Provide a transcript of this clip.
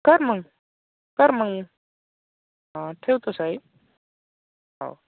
कर मग कर मग ह ठेवतो साई हो